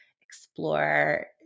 explore